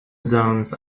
zones